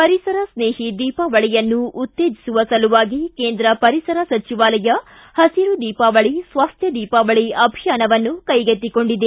ಪರಿಸರ ಸ್ಟೇಹಿ ದೀಪಾವಳಿಯನ್ನು ಉತ್ತೇಜಿಸುವ ಸಲುವಾಗಿ ಕೇಂದ್ರ ಪರಿಸರ ಸಚಿವಾಲಯ ಹೆಸಿರು ದೀಪಾವಳಿ ಸ್ವಾಸ್ಟ್ಯ ದೀಪಾವಳಿ ಅಭಿಯಾನವನ್ನು ಕೈಗೆತ್ತಿಕೊಂಡಿದೆ